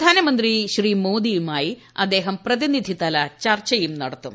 പ്രധാനമന്ത്രി മോദിയ്യുമായി അദ്ദേഹം പ്രതിനിധിതല ചർച്ചയും നടത്തും